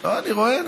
לא, אני רואה.